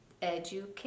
education